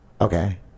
Okay